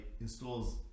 installs